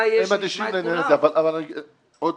אבל אתם לחצתם עליי כל הזמן לקיים את הדיון כמה